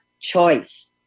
choice